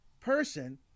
person